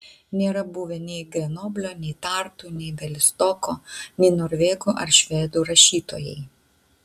nėra buvę nei grenoblio nei tartu nei bialystoko nei norvegų ar švedų rašytojai